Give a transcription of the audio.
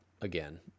again